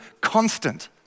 constant